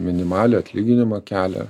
minimalią atlyginimą kelia